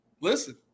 listen